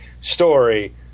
story